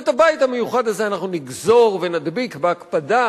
אבל את הבית המיוחד הזה אנחנו נגזור ונדביק בהקפדה